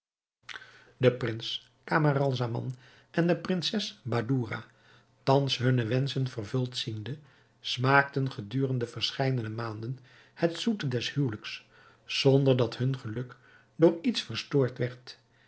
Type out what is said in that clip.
de prins camaralzaman en de prinses badoura thans hunne wenschen vervuld ziende smaakten gedurende verscheidene maanden het zoete des huwelijks zonder dat hun geluk door iets verstoord